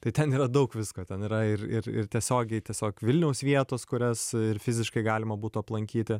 tai ten yra daug visko ten yra ir ir ir tiesiogiai tiesiog vilniaus vietos kurias fiziškai galima būtų aplankyti